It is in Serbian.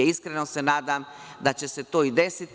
Iskreno se nadam da će se to i desiti.